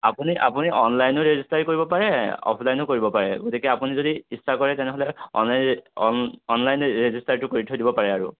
আপুনি আপুনি অনলাইনো ৰেজিষ্টাৰী কৰিব পাৰে অফলাইনো কৰিব পাৰে গতিকে আপুনি যদি ইচ্ছা কৰে তেনেহ'লে অনলাইন অন অনলাইন ৰেজিষ্টাৰটো কৰি থৈ দিব পাৰে আৰু